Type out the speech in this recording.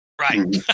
Right